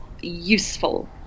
useful